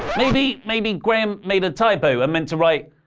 maybe maybe graham made a typo and meant to write,